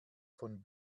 von